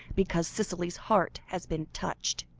because cicely's heart has been touched.